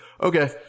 Okay